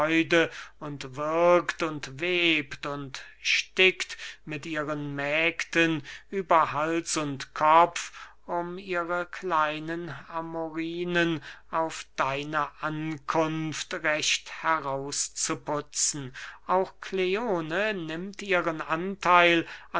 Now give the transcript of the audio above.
und webt und stickt mit ihren mägden über hals und kopf um ihre kleinen amorinen auf deine ankunft recht heraus zu putzen auch kleone nimmt ihren antheil